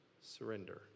surrender